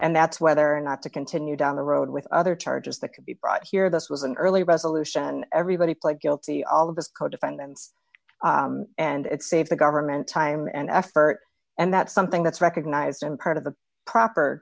and that's whether or not to continue down the road with other charges that could be brought here this was an early resolution everybody pled guilty all of us co defendants and it saves the government time and effort and that's something that's recognized and part of the proper